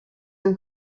and